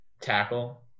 Tackle